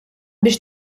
biex